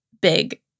big